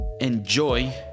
enjoy